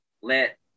let